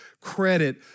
credit